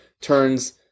turns